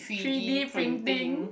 three D printing